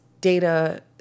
data